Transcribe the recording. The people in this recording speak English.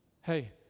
Hey